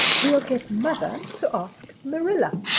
we'll get mother to ask marilla.